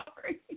sorry